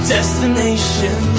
Destination